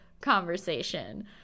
conversation